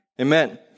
Amen